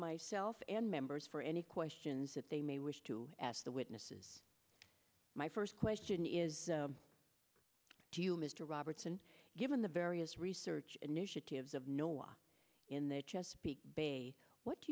myself and members for any questions that they may wish to ask the witnesses my first question is do you mr robertson given the various research initiatives of no one in the chesapeake bay what do